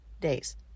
days